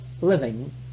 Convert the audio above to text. living